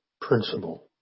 principle